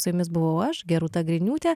su jumis buvau aš gerūta griniūtė